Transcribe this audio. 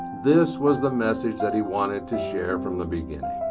this was the message that he wanted to share from the beginning.